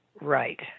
right